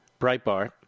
Breitbart